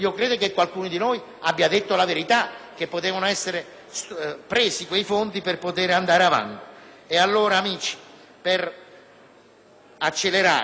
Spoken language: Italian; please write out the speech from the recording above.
Allora, amici, per accelerare le cose, ve lo dico in via ufficiale: anche se veniamo offesi giornalmente (ieri